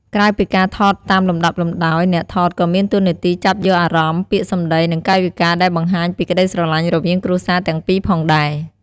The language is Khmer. ក្រៅពីការថតតាមលំដាប់លំដោយ អ្នកថតក៏មានតួនាទីចាប់យកអារម្មណ៍ ពាក្យសំដី និងកាយវិការដែលបង្ហាញពីក្តីស្រឡាញ់រវាងគ្រួសារទាំងពីរផងដែរ។